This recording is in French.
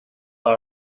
par